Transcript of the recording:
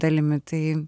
dalimi tai